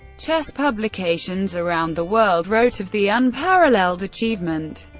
chess publications around the world wrote of the unparalleled achievement.